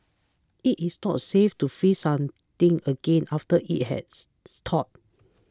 it is not safe to freeze something again after it has thawed